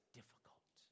difficult